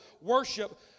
worship